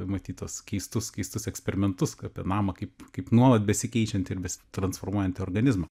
matyt tuos keistus keistus eksperimentus kad apie namą kaip kaip nuolat besikeičiantį ir besitransformuojantį organizmą